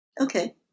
Okay